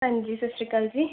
ਹਾਂਜੀ ਸਤਿ ਸ਼੍ਰੀ ਅਕਾਲ ਜੀ